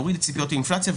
נוריד את ציפיות האינפלציה,